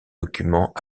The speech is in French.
documents